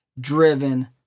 Driven